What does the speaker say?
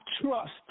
trust